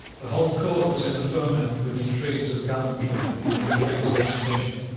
the whole court was in a ferment with intrigues of gallantry and intrigues of ambition.